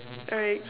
alright